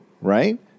right